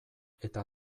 eta